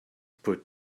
put